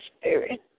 spirit